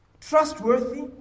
trustworthy